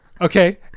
okay